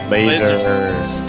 Lasers